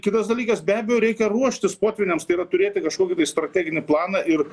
kitas dalykas be abejo reikia ruoštis potvyniams tai yra turėti kažkokį strateginį planą ir